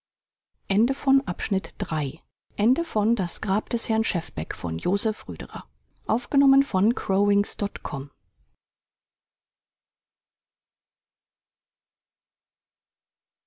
das geld des herrn schefbeck